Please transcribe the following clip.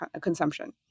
consumption